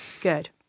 Good